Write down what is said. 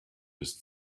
bis